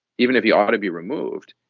even if he ought to be removed,